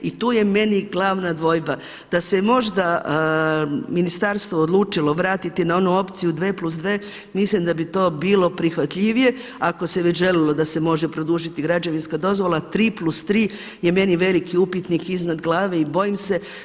I tu je meni glavna dvojba, da se možda ministarstvo odlučilo vratiti na onu opciju dve plus dve mislim da bi to bilo prihvatljivije ako se već želilo da se može produžiti građevinska dozvola, tri plus tri je meni veliki upitnik iznad glave i bojim se.